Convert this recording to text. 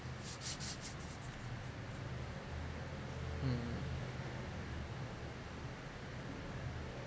mm